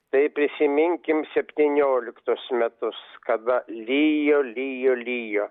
tai prisiminkim septynioliktus metus kada lijo lijo lijo